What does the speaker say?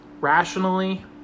rationally